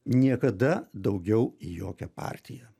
niekada daugiau į jokią partiją